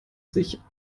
sich